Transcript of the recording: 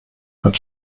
hat